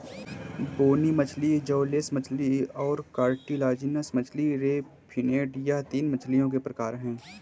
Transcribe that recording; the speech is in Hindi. बोनी मछली जौलेस मछली और कार्टिलाजिनस मछली रे फिनेड यह तीन मछलियों के प्रकार है